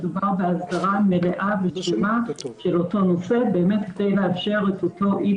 מדובר בהסדרה מלאה ו --- של אותו נושא כדי לאפשר באמת את אותו אי